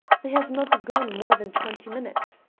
they have not gone more than twenty minutes.